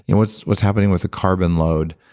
and what's what's happening with the carbon load?